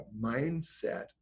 mindset